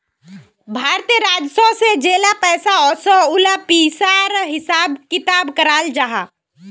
भारतीय राजस्व से जेला पैसा ओसोह उला पिसार हिसाब किताब कराल जाहा